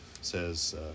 says